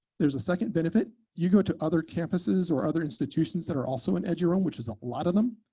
there's a second benefit. you go to other campuses or other institutions that are also on eduroam, which is a lot of them,